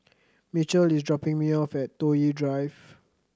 Mitchell is dropping me off at Toh Yi Drive